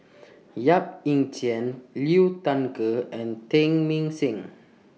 Yap Ee Chian Liu Thai Ker and Teng Mah Seng